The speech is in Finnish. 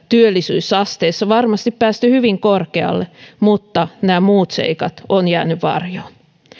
työllisyysasteessa varmasti päästy hyvin korkealle mutta nämä muut seikat ovat jääneet varjoon